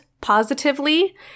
positively